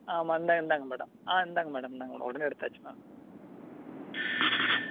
ஆமாம் இந்தாங்க இந்தாங்க மேடம் ஆ இந்தாங்க மேடம் இந்தாங்க மேடம் உடனே எடுத்தாச்சு மேம் ம்